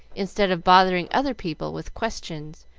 instead of bothering other people with questions,